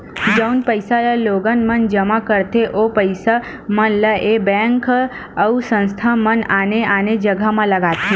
जउन पइसा ल लोगन मन जमा करथे ओ पइसा मन ल ऐ बेंक अउ संस्था मन आने आने जघा म लगाथे